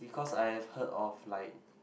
because I have heard of like